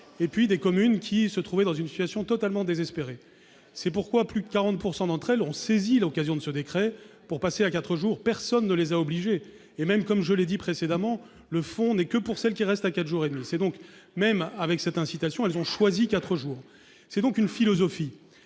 valeur, et d'autres qui se trouvaient dans une situation totalement désespérée. C'est pourquoi plus de 40 % d'entre elles ont saisi l'occasion de ce décret pour passer à 4 jours. Personne ne les a obligées, et, comme je l'ai dit précédemment, le fonds n'est que pour celles qui restent à 4 jours et demi. Même avec cette incitation, les communes ont donc malgré tout choisi 4 jours. C'est une philosophie.